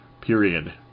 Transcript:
period